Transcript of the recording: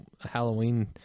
Halloween